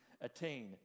attain